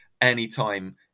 anytime